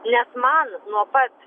nes man nuo pat